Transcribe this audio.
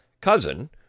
cousin